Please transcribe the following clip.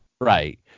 Right